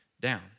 down